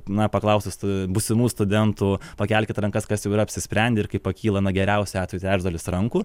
na paklausus ee būsimų studentų pakelkit rankas kas jau yra apsisprendę ir kai pakyla na geriausiu atveju trečdalis rankų